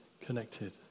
connected